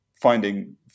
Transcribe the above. finding